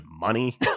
money